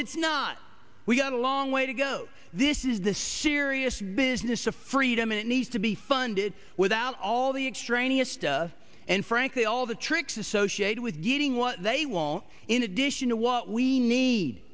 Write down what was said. it's not we've got a long way to go this is the serious business of freedom it needs to be funded without all the extraneous stuff and for the all the tricks associated with getting what they want in addition to what we need